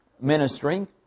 ministering